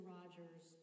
Rogers